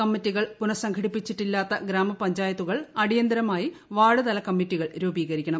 കമ്മറ്റികൾ പുനസംഘടിപ്പിച്ചിട്ടില്ലാത്ത ഗ്രാമ പഞ്ചായത്തുകൾ അടിയന്തിരമായി വാർഡ് തല കമ്മറ്റികൾ രൂപീകരിക്കണം